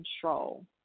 control